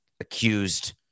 accused